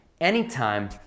anytime